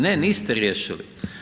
Ne, niste riješili.